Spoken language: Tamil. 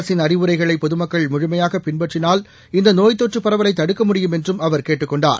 அரசின் அறிவுரைகளைபொதுமக்கள் முழுமையாகபின்பற்றினால் இந்தநோய் தொற்றுபரவலைதடுக்க முடியும் என்றும் அவர் கேட்டுக் கொண்டார்